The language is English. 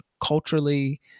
culturally